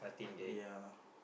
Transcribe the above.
ya